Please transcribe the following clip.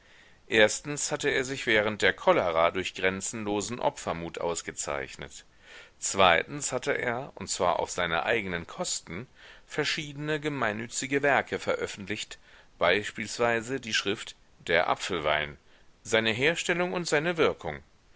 erstens hatte er sich während der cholera durch grenzenlosen opfermut ausgezeichnet zweitens hatte er und zwar auf seine eigenen kosten verschiedene gemeinnützige werke veröffentlicht beispielsweise die schrift der apfelwein seine herstellung und seine wirkung